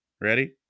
Ready